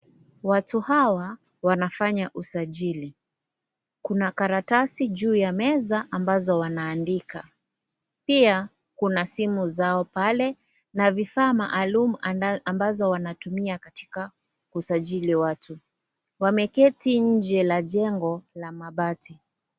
Watu hawa wanafanya usajili. Kuna karatasi juu ya meza ambazo wanaandika. Pia kuna simu zao pale na vifaa maalum ambazo wanatumia katika kusajili watu. Wameketi nje ya jengo la mabati.